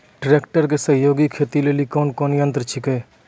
Tractor के सहयोगी खेती लेली कोन कोन यंत्र छेकै?